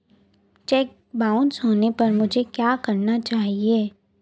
Check bounce होने पर मुझे क्या करना चाहिए?